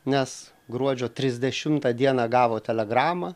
nes gruodžio trisdešimtą dieną gavo telegramą